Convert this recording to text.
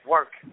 work